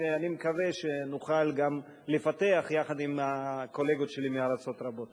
שאני מקווה שנוכל גם לפתח יחד עם הקולגות שלי מארצות רבות.